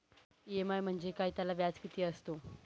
EMI म्हणजे काय? त्याला व्याज किती असतो?